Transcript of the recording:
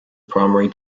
primary